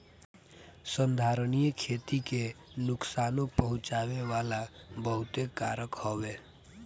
संधारनीय खेती के नुकसानो पहुँचावे वाला बहुते कारक हवे